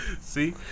See